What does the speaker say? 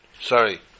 Sorry